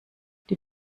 die